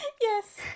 Yes